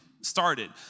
started